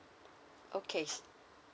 okays